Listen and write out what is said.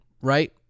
right